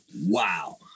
Wow